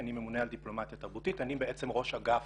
דיפלומטיה תרבותית, אני בעצם ראש אגף